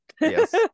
Yes